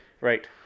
Right